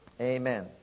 Amen